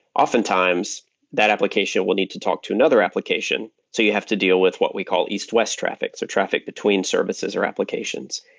oftentimes that application will need to talk to another application. so you have to deal with what we call east-west traffic, so traffic between services or applications.